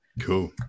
Cool